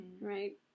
right